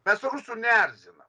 mes rusų neerzina